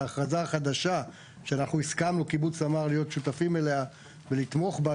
האכרזה החדשה שאנחנו הסכמנו קיבוץ סמר להיות שותפים אליה ולתמוך בה,